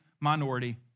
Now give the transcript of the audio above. minority